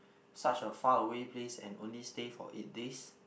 such a far away place and only stay for eight days